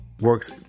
works